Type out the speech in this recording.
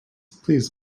please